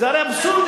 זה הרי אבסורדי.